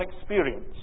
experience